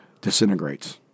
disintegrates